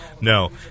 No